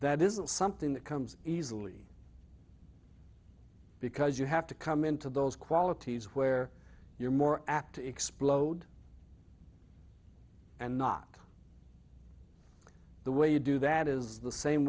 that isn't something that comes easily because you have to come into those qualities where you're more apt to explode and not the way you do that is the same